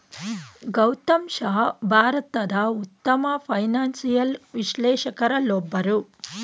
ಗೌತಮ್ ಶಾ ಭಾರತದ ಉತ್ತಮ ಫೈನಾನ್ಸಿಯಲ್ ವಿಶ್ಲೇಷಕರಲ್ಲೊಬ್ಬರು